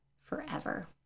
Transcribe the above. forever